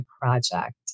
project